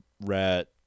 Rat